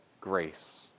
grace